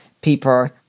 people